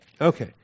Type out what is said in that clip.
Okay